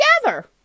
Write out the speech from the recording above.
together